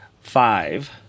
five